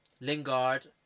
Lingard